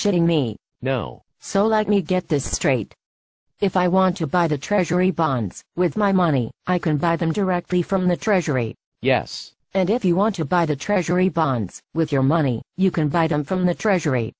shitting me no so let me get this straight if i want to buy the treasury bonds with my money i can buy them directly from the treasury yes and if you want to buy the treasury bonds with your money you can buy them from the treasury